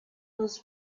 was